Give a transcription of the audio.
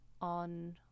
on